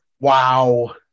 Wow